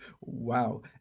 Wow